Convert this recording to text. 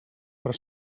però